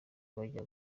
bajya